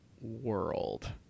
world